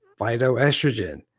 phytoestrogen